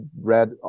read